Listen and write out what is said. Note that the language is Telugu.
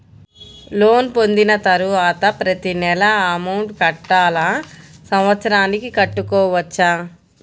లోన్ పొందిన తరువాత ప్రతి నెల అమౌంట్ కట్టాలా? సంవత్సరానికి కట్టుకోవచ్చా?